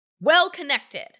Well-connected